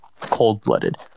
cold-blooded